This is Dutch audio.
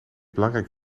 belangrijk